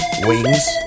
Wings